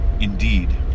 Indeed